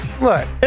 Look